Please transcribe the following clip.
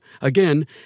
Again